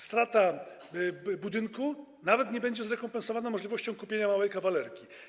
Strata budynku nie będzie zrekompensowana możliwością kupienia małej kawalerki.